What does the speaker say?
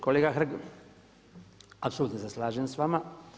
Kolega Hrg, apsolutno se slažem sa vama.